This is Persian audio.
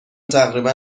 تقریبا